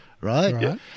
Right